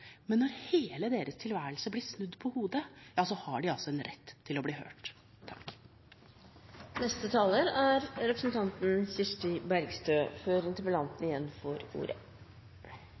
men når hele deres tilværelse blir snudd på hodet, har de en rett til å bli hørt. Jeg vil starte med å takke representanten